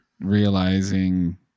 realizing